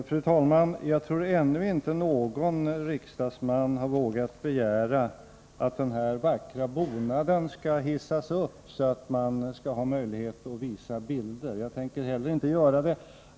Fru talman! Jag tror ännu inte någon riksdagsman har vågat begära att den vackra bonaden skall hissas upp så att man skall ha möjlighet att visa bilder. Jag tänker heller inte göra det.